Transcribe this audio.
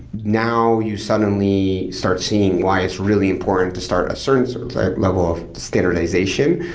now you suddenly start seeing why it's really important to start a certain sort of like level of standardization,